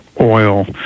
oil